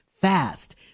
fast